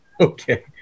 Okay